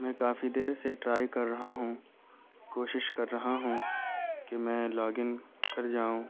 میں کافی دیر سے ٹرائی کر رہا ہوں کوشش کر رہا ہوں کہ میں لاگ ان کر جاؤں